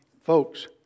Folks